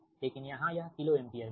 लेकिन यहाँ यह किलो एम्पीयर में है